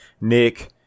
Nick